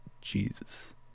Jesus